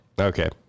Okay